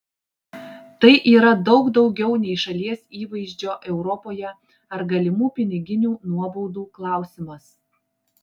tai yra daug daugiau nei šalies įvaizdžio europoje ar galimų piniginių nuobaudų klausimas